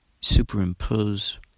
superimpose